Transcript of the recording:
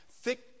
thick